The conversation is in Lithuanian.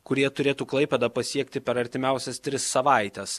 kurie turėtų klaipėdą pasiekti per artimiausias tris savaites